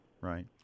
Right